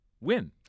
win